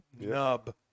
Nub